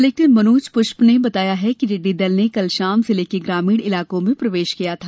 collector Manoj Pushp ने बताया है कि कल शाम जिले के ग्रामीण इलाकों में प्रवेश किया था